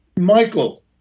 Michael